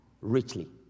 richly